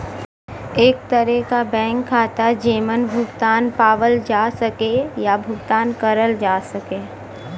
एक तरे क बैंक खाता जेमन भुगतान पावल जा सके या भुगतान करल जा सके